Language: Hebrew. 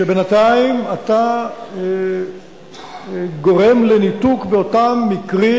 שבינתיים אתה גורם לניתוק באותם מקרים